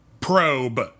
probe